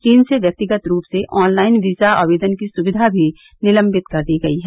चीन से व्यक्तिगत रूप से ऑनलाइन वीजा आवेदन की सुविधा भी निलंबित कर दी गई है